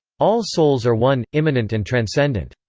all souls are one, immanent and transcendent.